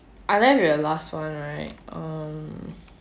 I left with the last one right um